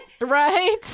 Right